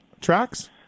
Tracks